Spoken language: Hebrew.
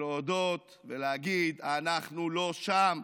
ולהודות ולהגיד: אנחנו לא שם,